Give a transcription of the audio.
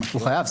הוא חייב.